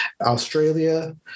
australia